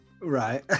Right